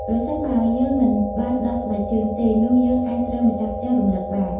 ប្រសិនបើយើងមិនបានដោះស្បែកជើងទេ នោះយើងអាចត្រូវម្ចាស់ផ្ទះរំឭកបាន។